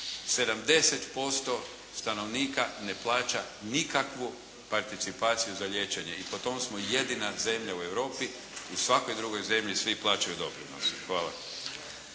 70% stanovnika ne plaća nikakvu participaciju za liječenje i po tome smo jedina zemlja u Europi, u svakoj drugoj zemlji svi plaćaju doprinose. Hvala.